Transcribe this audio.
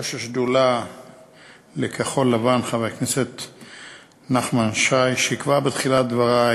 ראש שדולת כחול-לבן נחמן שי, וכבר בתחילת דברי